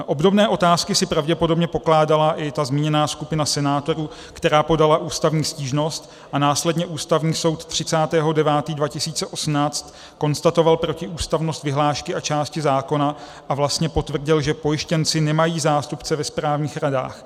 Obdobné otázky si pravděpodobně pokládala i ta zmíněná skupina senátorů, která podala ústavní stížnost, a následně Ústavní soud 30. 9. 2018 konstatoval protiústavnost vyhlášky a části zákona a vlastně potvrdil, že pojištěnci nemají zástupce ve správních radách.